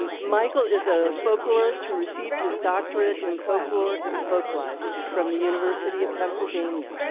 um michael is a folklorist who received his doctorate in folklore and folklife from the university of pennsylvania.